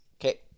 Okay